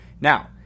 Now